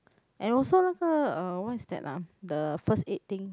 and also 那个 uh what is that ah the first aid thing